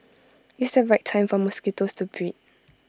it's the right time for mosquitoes to breed